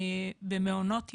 במעונות יום,